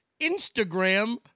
Instagram